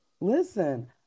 Listen